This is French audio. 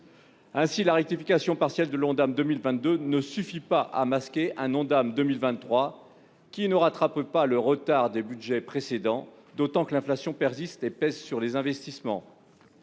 Ainsi, la rectification partielle de l'Ondam pour 2022 ne suffit pas à masquer un Ondam pour 2023 qui ne rattrape pas le retard des budgets précédents, d'autant que l'inflation persiste et pèse sur les investissements.